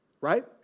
Right